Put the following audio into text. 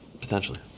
Potentially